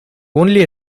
only